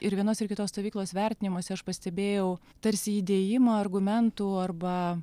ir vienos ir kitos stovyklos vertinimuose aš pastebėjau tarsi įdėjimą argumentų arba